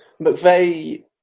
McVeigh